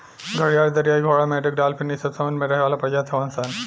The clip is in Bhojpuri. घड़ियाल, दरियाई घोड़ा, मेंढक डालफिन इ सब समुंद्र में रहे वाला प्रजाति हवन सन